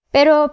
Pero